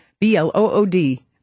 B-L-O-O-D